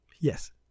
Yes